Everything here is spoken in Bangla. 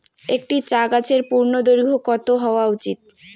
একটি চা গাছের পূর্ণদৈর্ঘ্য কত হওয়া উচিৎ?